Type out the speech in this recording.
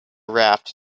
raft